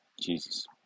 Jesus